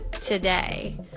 today